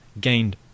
gained